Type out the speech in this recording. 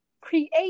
create